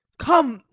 come,